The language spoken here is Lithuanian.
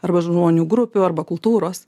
arba žmonių grupių arba kultūros